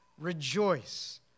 rejoice